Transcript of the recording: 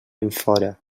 enfora